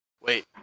Wait